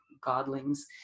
godlings